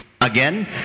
Again